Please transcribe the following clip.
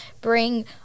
bring